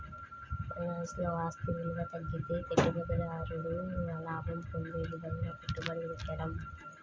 ఫైనాన్స్లో, ఆస్తి విలువ తగ్గితే పెట్టుబడిదారుడు లాభం పొందే విధంగా పెట్టుబడి పెట్టడం